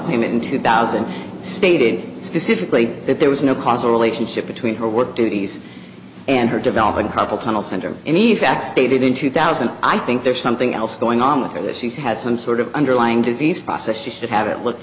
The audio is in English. them in two thousand stated specifically that there was no causal relationship between her work duties and her develop a couple tunnels under any facts stated in two thousand i think there's something else going on with her that she has some sort of underlying disease process she should have it looked